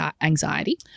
anxiety